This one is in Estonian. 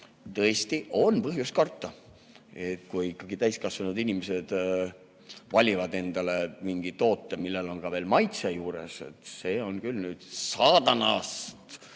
Tõesti, on põhjust karta: kui ikkagi täiskasvanud inimesed valivad endale mingi toote, millel on ka veel maitse juures, see on küllsaatana'st.